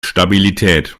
stabilität